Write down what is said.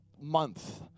month